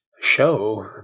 show